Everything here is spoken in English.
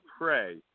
pray